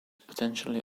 potentially